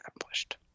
accomplished